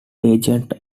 agents